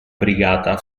brigata